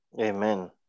amen